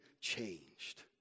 changed